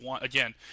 Again